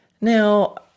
Now